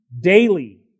daily